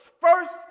first